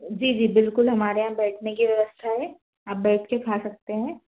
जी जी बिल्कुल हमारे यहाँ बैठने की व्यवस्था है आप बैठके खा सकते हैं